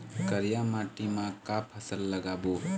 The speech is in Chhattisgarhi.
करिया माटी म का फसल लगाबो?